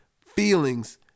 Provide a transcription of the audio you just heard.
feelings